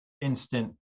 instant